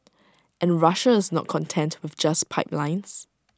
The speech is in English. and Russia is not content with just pipelines